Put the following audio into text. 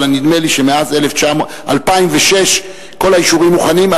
אבל נדמה לי שמאז 2006 כל האישורים מוכנים.